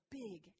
big